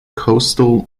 coastal